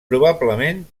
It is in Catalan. probablement